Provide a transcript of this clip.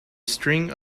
string